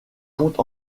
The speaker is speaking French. compte